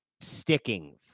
sticking